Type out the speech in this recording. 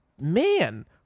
man